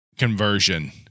Conversion